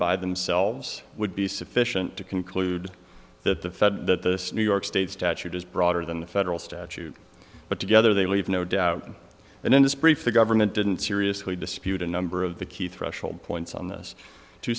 by themselves would be sufficient to conclude that the fed the new york state statute is broader than the federal statute but together they leave no doubt that in this brief the government didn't seriously dispute a number of the key threshold points on this to